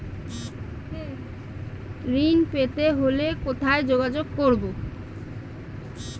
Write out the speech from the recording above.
ঋণ পেতে হলে কোথায় যোগাযোগ করব?